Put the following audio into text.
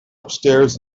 upstairs